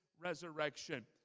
resurrection